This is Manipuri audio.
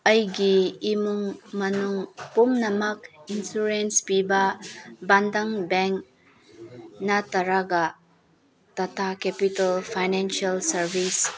ꯑꯩꯒꯤ ꯏꯃꯨꯡ ꯃꯅꯨꯡ ꯄꯨꯝꯅꯃꯛ ꯏꯟꯁꯨꯔꯦꯟꯁ ꯄꯤꯕ ꯕꯥꯟꯙꯟ ꯕꯦꯡ ꯅꯠꯇ꯭ꯔꯒ ꯇꯥꯇꯥ ꯀꯦꯄꯤꯇꯦꯜ ꯐꯥꯏꯅꯥꯟꯁꯦꯜ ꯁꯥꯔꯕꯤꯁ